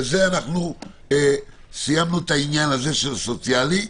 בזה סיימנו את העניין של הסוציאלי.